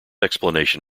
explanation